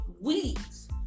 weeds